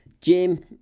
Jim